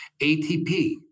ATP